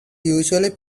usually